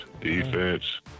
defense